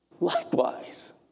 Likewise